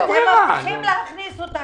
מבטיחים להכניס?